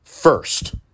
First